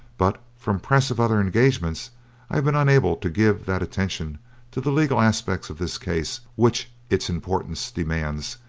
but from press of other engagements i have been unable to give that attention to the legal aspects of this case which its importance demands,